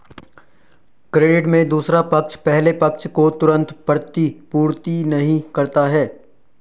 credit में दूसरा पक्ष पहले पक्ष को तुरंत प्रतिपूर्ति नहीं करता है